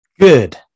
Good